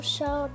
Show